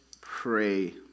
pray